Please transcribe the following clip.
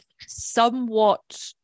somewhat